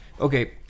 okay